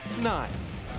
Nice